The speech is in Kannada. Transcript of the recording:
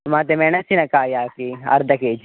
ಮತ್ತು ಮೆಣಸಿನಕಾಯಿ ಹಾಕಿ ಅರ್ಧ ಕೆಜಿ